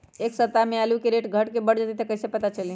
एक सप्ताह मे आलू के रेट घट ये बढ़ जतई त कईसे पता चली?